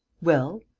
well?